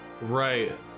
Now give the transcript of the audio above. right